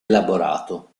elaborato